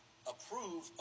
Approve